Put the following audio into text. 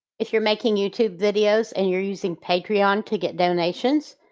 if you're making youtube videos, and you're using patreon to get donations,